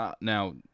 Now